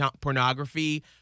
pornography